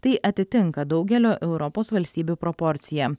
tai atitinka daugelio europos valstybių proporciją